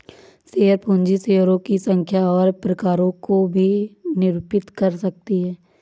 share पूंजी शेयरों की संख्या और प्रकारों को भी निरूपित कर सकती है